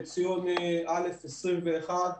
חציון א' 21',